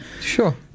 sure